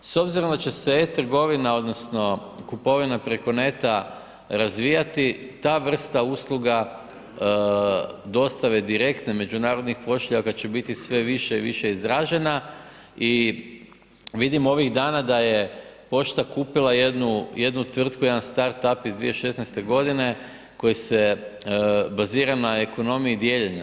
S obzirom da će se e-trgovina odnosno trgovina preko neta razvijati, ta vrsta usluga dostave direktne međunarodnih pošiljaka će biti sve više i više izražena i vidim ovih dana da je pošta kupila jednu, jednu tvrtku jedan start up iz 2016. godine koji se bazira na ekonomiji dijeljenja.